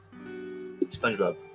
SpongeBob